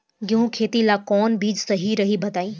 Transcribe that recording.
गेहूं के खेती ला कोवन बीज सही रही बताई?